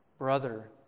brother